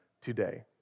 today